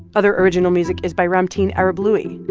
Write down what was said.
other original music is by ramtin arablouei.